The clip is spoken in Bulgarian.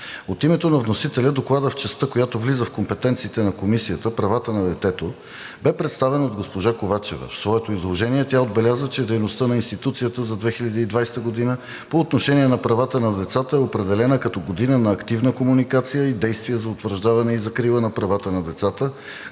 От името на вносителя Докладът, в частта, която влиза в компетенциите на Комисията – правата на детето, бе представен от госпожа Ковачева. В своето изложение тя отбеляза, че дейността на институцията за 2020 г. по отношение на правата на децата е определена като година на активна комуникация и действия за утвърждаване и закрила на правата на децата,